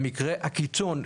במקרה הקיצון,